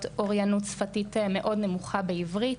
אורייניות שפתית מאוד נמוכה בעברית.